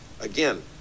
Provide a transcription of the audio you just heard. Again